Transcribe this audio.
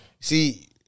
See